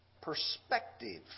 perspective